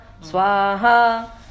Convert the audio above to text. Swaha